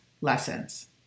lessons